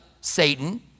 Satan